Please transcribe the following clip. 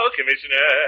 Commissioner